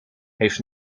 heeft